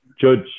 judge